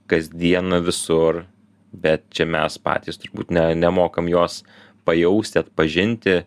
kasdien visur bet čia mes patys ne nemokam jos pajausti atpažinti